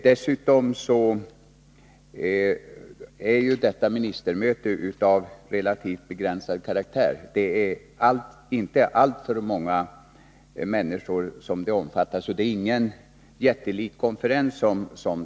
Dessutom är ju detta ministermöte av relativt begränsad karaktär. Det skulle inte omfatta alltför många deltagare, så det är inte fråga om någon jättelik konferens.